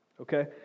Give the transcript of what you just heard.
okay